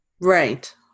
right